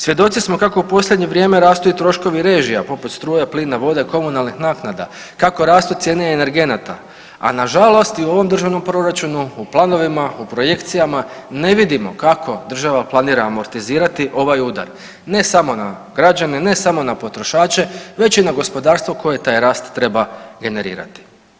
Svjedoci smo kako u posljednje vrijeme rastu i troškovi režija, poput struje, plina, vode, komunalnih naknada, kako rastu cijene energenata, a nažalost i u ovom državnom proračunu u planovima, u projekcijama ne vidimo kako država planira amortizirati ovaj udar ne samo na građane, ne samo na potrošače već i na gospodarstvo koje taj rast treba generirati.